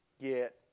Get